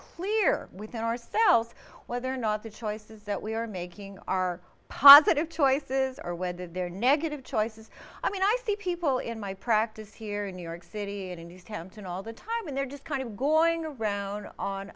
clear within ourselves whether or not the choices that we are making are positive choices or whether they're negative choices i mean i see people in my practice here in new york city and induced him to all the time when they're just kind of going around on